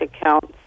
accounts